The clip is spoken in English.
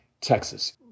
Texas